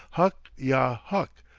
huk yah huk!